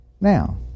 Now